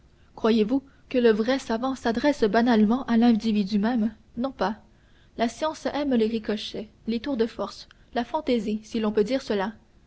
croyez-vous que le vrai savant s'adresse banalement à l'individu même non pas la science aime les ricochets les tours de force la fantaisie si l'on peut dire cela